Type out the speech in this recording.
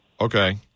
Okay